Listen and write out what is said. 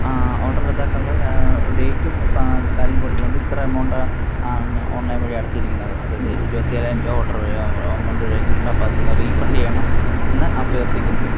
order റദ്ദാക്കാനുള്ള ഡേറ്റും സ കാലും കൊടുത്തിട്ടുണ്ട് ഇത്ര എമൗണ്ടാ ഓണ്ലൈന് വഴി അടച്ചിരിക്കുന്നത് അതായത് ഇരുപത്തിയേഴായിരം രൂപ ഓട്ര് എമൗണ്ട് വഴി അയച്ചിട്ടുണ്ട് അപ്പോള് അതൊന്ന് റീഫണ്ടെയ്യണം എന്ന് അഭ്യര്ഥിക്കുന്നു